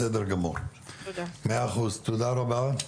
בסדר גמור, מאה אחוז, תודה רבה.